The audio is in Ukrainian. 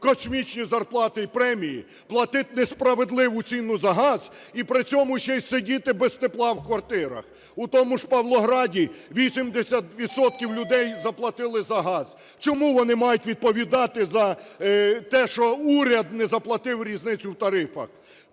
космічні зарплати і премії, платити несправедливу ціну за газ і при цьому ще й сидіти без тепла в квартирах? У тому ж Павлограді 80 відсотків людей заплатили за газ. Чому вони мають відповідати за те, що уряд не заплатив різницю в тарифах?